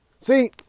See